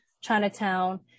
Chinatown